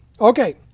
Okay